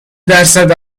درصد